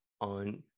on